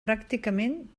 pràcticament